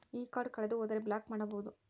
ಈ ಕಾರ್ಡ್ ಕಳೆದು ಹೋದರೆ ಬ್ಲಾಕ್ ಮಾಡಬಹುದು?